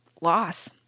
loss